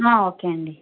okay అండి